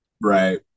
Right